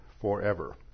forever